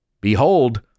Behold